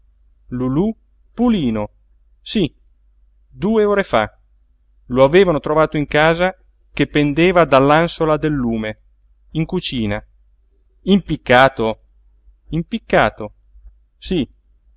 lulú pulino sí due ore fa lo avevano trovato in casa che pendeva dall'ànsola del lume in cucina impiccato impiccato sí